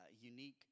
unique